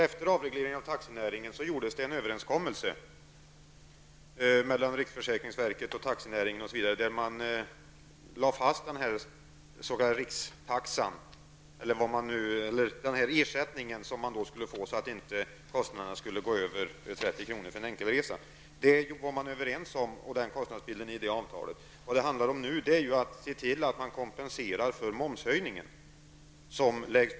Efter avregleringen av taxinäringen gjordes det en överenskommelse mellan riksförsäkringsverket och taxinäringen, osv., där man lade fast den ersättning som man skulle få för att kostnaderna inte skulle överstiga 30 kr. för en enkelresa. Kostnadsbilden i det avtalet var man överens om. Vad det handlar om nu är ju att se till att man kompenserar för den momshöjning som görs.